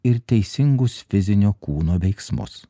ir teisingus fizinio kūno veiksmus